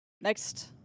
next